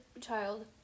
child